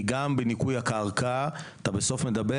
כי גם בניקוי הקרקע בסוף אנחנו מדברים